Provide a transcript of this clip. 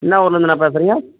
என்ன ஊர்லேந்தண்ணா பேசுகிறிங்க